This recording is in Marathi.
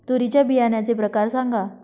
तूरीच्या बियाण्याचे प्रकार सांगा